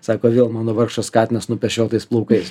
sako vėl mano vargšas katinas nupešiotais plaukais